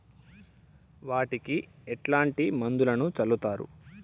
వాటికి ఎట్లాంటి మందులను చల్లుతరు?